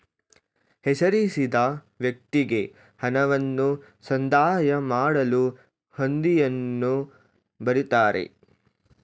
ಹೆಸರಿಸಿದ ವ್ಯಕ್ತಿಗೆ ಹಣವನ್ನು ಸಂದಾಯ ಮಾಡಲು ಹುಂಡಿಯನ್ನು ಬರಿತಾರೆ